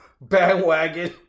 Bandwagon